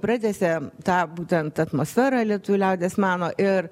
pratęsė tą būtent atmosferą lietuvių liaudies meno ir